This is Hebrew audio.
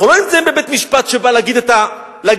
אנחנו לא נמצאים בבית-משפט שבא להגיד את הדין.